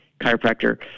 chiropractor